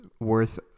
Worth